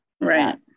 right